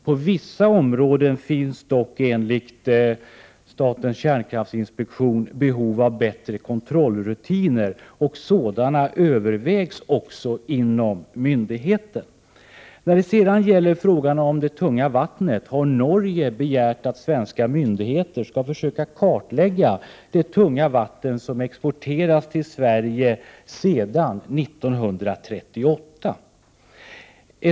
På vissa områden finns dock enligt statens kärnkraftsinspektion behov av bättre kontrollrutiner och sådana övervägs också inom myndigheten. När det sedan gäller frågan om det tunga vattnet har Norge begärt att svenska myndigheter skall försöka spåra det tunga vatten som exporterats till Sverige sedan 1938.